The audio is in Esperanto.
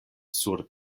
sur